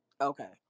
Okay